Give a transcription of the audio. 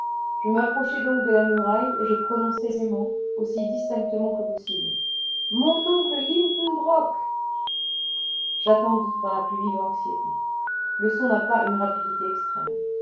je m'approchai donc de la muraille et je prononçai ces mots aussi distinctement que possible mon oncle lidenbrock j'attendis dans la plus vive anxiété le son n'a pas une rapidité extrême